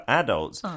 adults